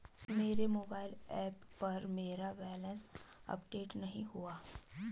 मेरे mobile app पर मेरा बैलेंस अपडेट नहीं हुआ है